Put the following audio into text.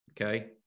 Okay